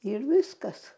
ir viskas